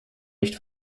nicht